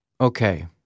okay